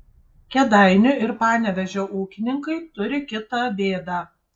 kėdainių ir panevėžio ūkininkai turi kitą bėdą